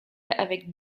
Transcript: avec